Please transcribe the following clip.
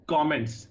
comments